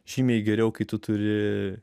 žymiai geriau kai tu turi